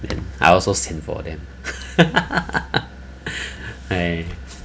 then I also sian for them